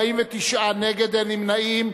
49 נגד, אין נמנעים.